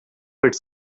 its